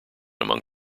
among